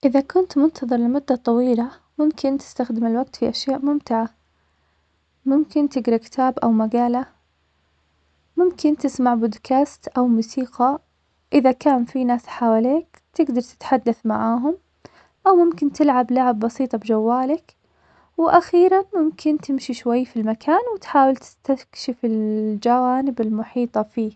إذا كنت منتظر لمدة طويلة, ممكن تستخدم الوقت في أشياء ممتعة, ممكن تقرا كتاب أو مقالة, ممكن تسمع بودكاست أو موسيقى, إذا كان في ناس حوليك تقدر تتحدث معاهم, أو ممكن تلعب لعب بسيطة بجوالك, وأخيرا ممكن تمشي شوي في المكان, وتحاول تستكشف الجوانب المحيطة فيه.